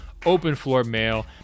Openfloormail